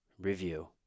review